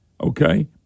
Okay